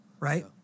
right